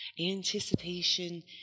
Anticipation